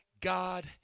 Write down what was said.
God